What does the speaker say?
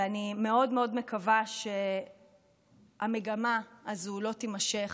ואני מאוד מאוד מקווה שהמגמה הזו לא תימשך.